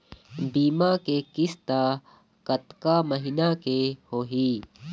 बीमा के किस्त कतका महीना के होही?